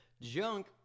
junk